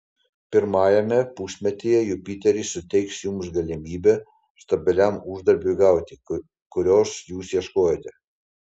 pirmajame pusmetyje jupiteris suteiks jums galimybę stabiliam uždarbiui gauti kurios jūs ieškojote